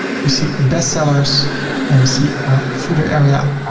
we see best-sellers and we see our footer area.